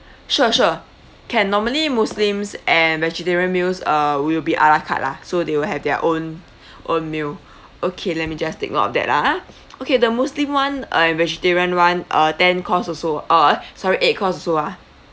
sure sure can normally muslims and vegetarian meals uh will be ala carte lah so they will have their own own meal okay let me just take note of that ah okay the muslim [one] and vegetarian [one] uh ten course also uh sorry eight course also ah